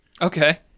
Okay